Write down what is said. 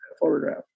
photograph